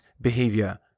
behavior